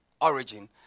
origin